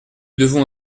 devons